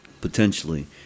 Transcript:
potentially